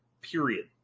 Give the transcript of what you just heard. period